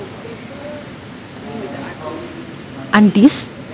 and these